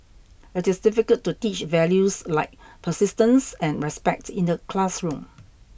it is difficult to teach values like persistence and respect in the classroom